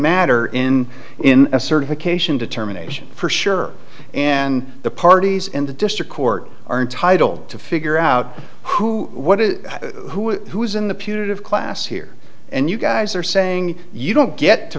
matter in in a certification determination for sure and the parties in the district court are entitled to figure out who what who who is in the punitive class here and you guys are saying you don't get to